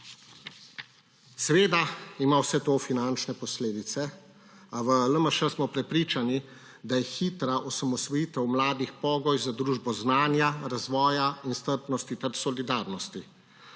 Seveda ima vse to finančne posledice, a v LMŠ smo prepričani, da je hitra osamosvojitev mladih pogoj za družbo znanja, razvoja in strpnosti ter solidarnosti.